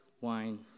wine